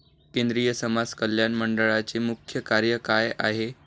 केंद्रिय समाज कल्याण मंडळाचे मुख्य कार्य काय आहे?